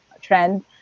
trend